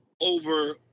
over